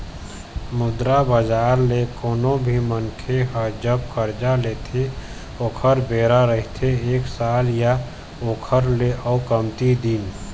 मुद्रा बजार ले कोनो भी मनखे ह जब करजा लेथे ओखर बेरा रहिथे एक साल या ओखर ले अउ कमती दिन